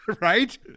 Right